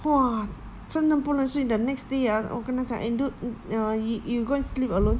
!wah! 真的不能睡 the next day ah 哇跟他讲 and uh you you go and sleep alone